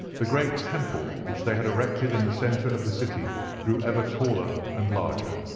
the great temple which they had erected in the centre of the city grew ever taller and larger.